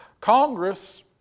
Congress